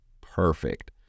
Perfect